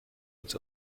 uns